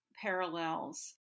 parallels